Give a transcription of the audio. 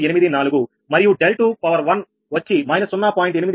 0384 మరియు 𝛿2 వచ్చి −0